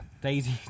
Daisy